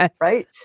Right